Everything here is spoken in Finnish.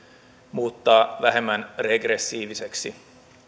muuttaa vähemmän regressiiviseksi